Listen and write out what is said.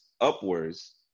upwards